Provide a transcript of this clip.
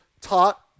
taught